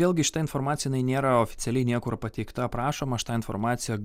vėlgi šita informacija jinai nėra oficialiai niekur pateikta aprašoma aš tą informaciją